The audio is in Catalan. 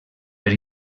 per